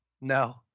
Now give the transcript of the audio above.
No